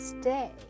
stay